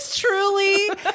truly